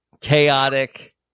chaotic